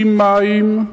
ממים,